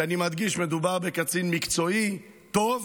ואני מדגיש, מדובר בקצין מקצועי טוב,